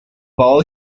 ball